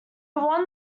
won